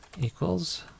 equals